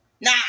Nah